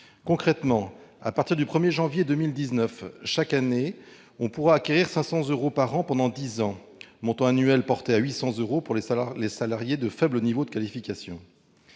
Concrètement, à partir du 1 janvier 2019, on pourra acquérir 500 euros chaque année, pendant dix ans ; ce montant annuel sera porté à 800 euros pour les salariés de faible niveau de qualification.